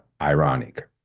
ironic